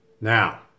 Now